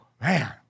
man